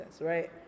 right